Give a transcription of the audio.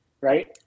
right